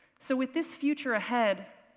so with this future ahead,